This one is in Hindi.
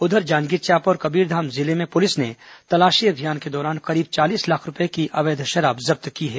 उधर जांजगीर चांपा और कबीरधाम जिले में पुलिस ने तलाशी अभियान के दौरान करीब चालीस लाख रूपये की अवैध शराब जब्त की है